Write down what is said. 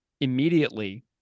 immediately